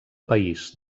país